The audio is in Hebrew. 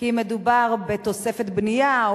כי אם מדובר בתוספת בנייה,